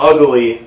Ugly